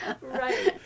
Right